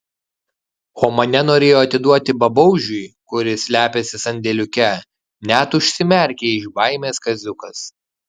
o mane norėjo atiduoti babaužiui kuris slepiasi sandėliuke net užsimerkė iš baimės kaziukas